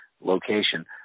location